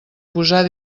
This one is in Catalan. posar